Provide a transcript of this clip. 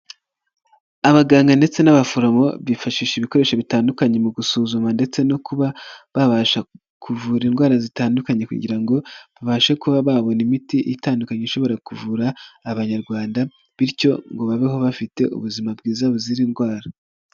Abaganga ndetse n'abaforomo, bifashisha ibikoresho bitandukanye mu gusuzuma ndetse no kuba babasha kuvura indwara zitandukanye kugira ngo babashe kuba babona imiti itandukanye ishobora kuvura abanyarwanda, bityo ngo babeho bafite ubuzima bwiza buzira indwara.